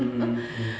mmhmm mm